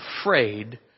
afraid